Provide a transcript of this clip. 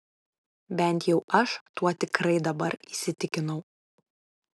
bent jau aš tuo tikrai dabar įsitikinau